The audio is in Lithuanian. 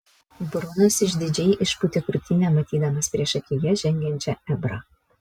brunas išdidžiai išpūtė krūtinę matydamas priešakyje žengiančią ebrą